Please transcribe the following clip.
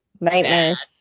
Nightmares